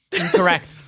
Incorrect